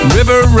River